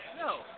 no